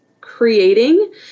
creating